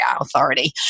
authority